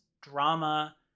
drama